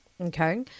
Okay